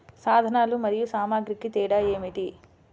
సాధనాలు మరియు సామాగ్రికి తేడా ఏమిటి?